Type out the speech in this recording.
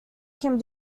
can